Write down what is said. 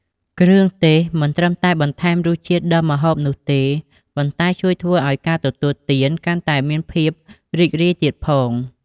គ្រឿងទេសមិនត្រឹមតែបន្ថែមរសជាតិដល់ម្ហូបនោះទេ ប៉ុន្តែជួយធ្វើឲ្យការទទួលទានកាន់តែមានភាពរីករាយទៀតផង។